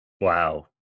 wow